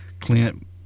Clint